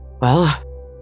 Well